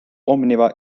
omniva